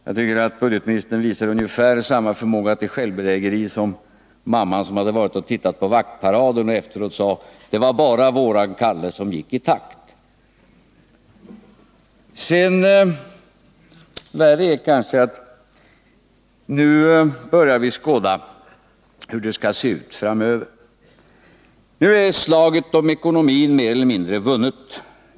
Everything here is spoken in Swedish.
Jag tycker att budgetministern visar ungefär samma förmåga till självbedrägeri som mamman som hade tittat på vaktparaden och efteråt sade: ”Det var bara våran Kalle som gick i takt.” Värre är kanske att vi nu börjar skåda hur det skall se ut framöver: Nu är slaget om ekonomin mer eller mindre vunnet.